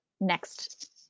next